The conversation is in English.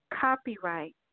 copyright